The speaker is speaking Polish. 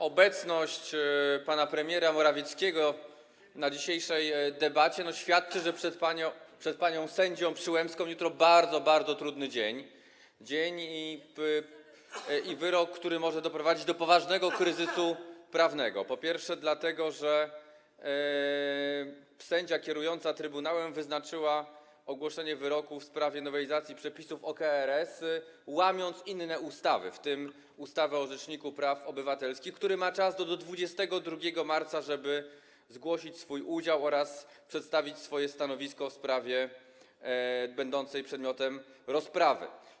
Obecność pana premiera Morawieckiego podczas dzisiejszej debaty świadczy, że przed panią sędzią Przyłębską jutro bardzo, bardzo trudny dzień, dzień i wyrok, który może doprowadzić do poważnego kryzysu prawnego, po pierwsze, dlatego że sędzia kierująca trybunałem wyznaczyła ogłoszenie wyroku w sprawie nowelizacji przepisów o KRS, łamiąc inne ustawy, w tym ustawę o Rzeczniku Praw Obywatelskich, który ma czas do 22 marca, żeby zgłosić swój udział oraz przedstawić swoje stanowisko w sprawie będącej przedmiotem rozprawy.